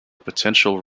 potential